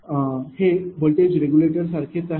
हे voltage regulator सारखेच आहे